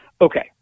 Okay